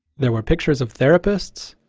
there were pictures of therapists,